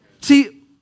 See